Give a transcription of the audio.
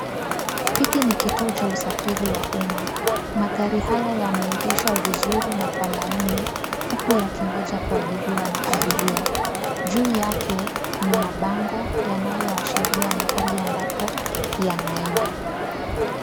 Hiki ni kituo cha usafiri wa umma. Magari haya yameegeshwa vizuri na kwa laini, huku yakingoja kuabiriwa na abiria. Juu yake ni mabango yanayoashiria mahali ambapo yanaenda.